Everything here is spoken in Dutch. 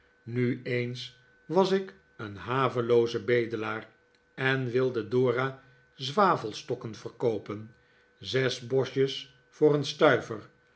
nu eens was ik een havelooze bedelaar en wilde dora zwavelstokken verkoopen zes bosjes voor een stuiver